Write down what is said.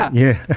yeah,